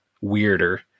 weirder